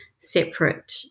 separate